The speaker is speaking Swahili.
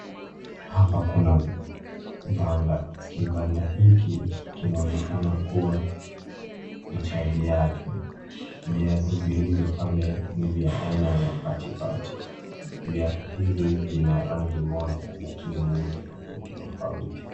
Hapa kuna banda. Kibanda hiki, kinaoekana kuwa ni cha viatu. Viatu vilivyo pale ni vya aina pati-pati. Viatu hivi vina rangi moja, lakini muundo tufauti tofauti.